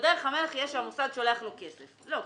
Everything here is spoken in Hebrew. ודרך המלך יהיה שהמוסד שולח לו כסף - לא,